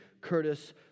Curtis